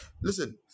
Listen